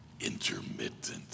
Intermittent